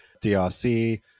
DRC